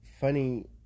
funny